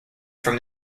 from